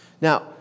Now